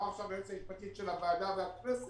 אמרה עכשיו היועצת המשפטית של הוועדה והכנסת: